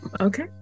Okay